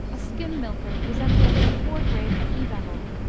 a skim-milker resembling a poor grade of livarot.